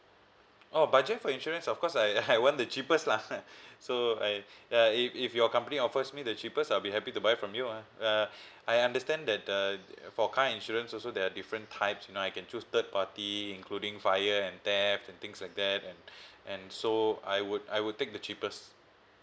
orh budget for insurance of course I I want the cheapest lah so I uh if if your company offers me the cheapest I'll be happy to buy from you ah uh I understand that uh for car insurance also there are different types you know I can choose third party including fire and theft and things like that and and so I would I would take the cheapest